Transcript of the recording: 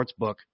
sportsbook